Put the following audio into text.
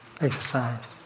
exercise